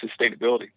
sustainability